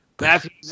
Matthew's